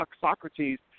Socrates